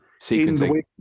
sequencing